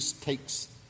takes